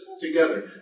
together